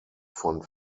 von